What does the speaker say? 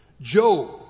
Job